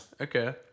Okay